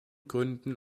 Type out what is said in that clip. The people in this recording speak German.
gründen